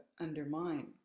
undermine